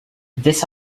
this